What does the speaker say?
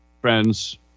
friends